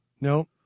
No